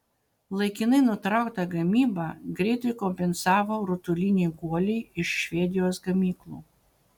laikinai nutrauktą gamybą greitai kompensavo rutuliniai guoliai iš švedijos gamyklų